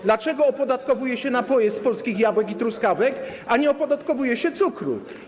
to dlaczego opodatkowuje się napoje z polskich jabłek i truskawek, a nie opodatkowuje się cukru?